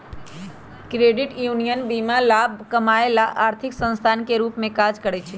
credit union बीना लाभ कमायब ला आर्थिक संस्थान के रूप में काज़ करइ छै